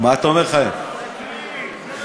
זאת הכנסת.